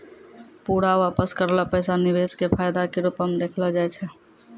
पूरा वापस करलो पैसा निवेश के फायदा के रुपो मे देखलो जाय छै